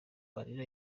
amarira